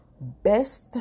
best